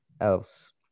else